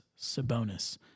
Sabonis